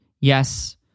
yes